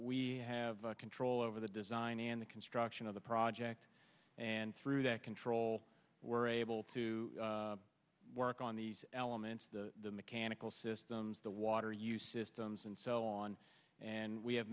we have control over the design and the construction of the project and through that control we're able to work on these elements the mechanical systems the water use systems and so on and we have